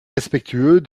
respectueux